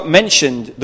mentioned